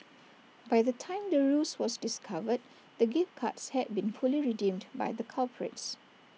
by the time the ruse was discovered the gift cards had been fully redeemed by the culprits